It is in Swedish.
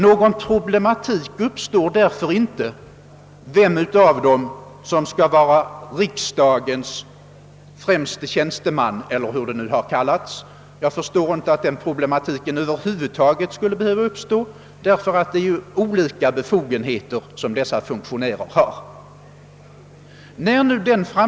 Någon problematik uppstår därför inte beträffande vem av dessa som skall vara riksdagens främste tjänsteman eller hur frågeställningen nu har formulerats. Jag förstår inte att denna problematik över kuvud taget skall behöva uppstå, eftersom dessa funktionärer har olika befogenheter.